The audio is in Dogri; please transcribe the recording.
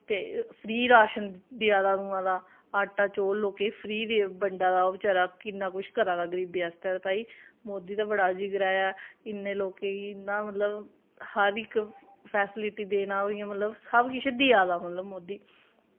ते फ्री राशन देआ दा अदूआं दा आटा चौल लोकें फ्री बंडै दा बचैरा किन्ना किश करै दा गरीबें आस्तै भाई मोदी दा बड़ा जिगरा ऐ इन्ने लोकें गी इन्ना मतलब हर इक फैस्लिटी देना मतलब सब किश देआ दा मतलब मोदी